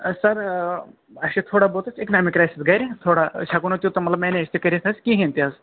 سَر اَسہِ چھِ تھوڑا بہت حظ اِکنامِک کرٛایسٕز گَرِ تھوڑا أسۍ ہیٚکو نہٕ تیوٗتاہ مطلب منیج تہِ کٔرِتھ حظ کِہیٖنۍ تہِ حظ